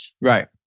Right